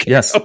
Yes